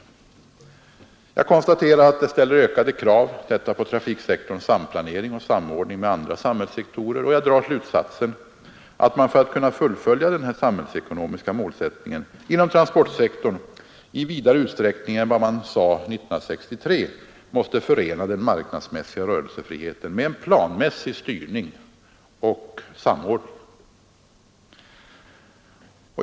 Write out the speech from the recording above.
Jag konstaterar att det ställer ökade krav på trafiksektorns samplanering och samordning med andra samhällssektorer, och jag drar slutsatsen att man för att kunna fullfölja den här samhällsekonomiska målsättningen inom transportsektorn i vidare utsträckning än man sade 1963 måste förena den marknadsmässiga rörelsefriheten med en planmässig styrning och samordning.